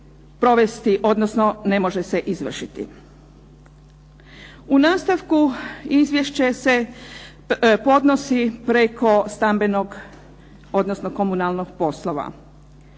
U nastavku izvješće se podnosi preko stambenog, odnosno komunalnog poslova.